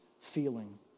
feeling